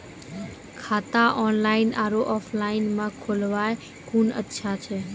खाता ऑनलाइन और ऑफलाइन म खोलवाय कुन अच्छा छै?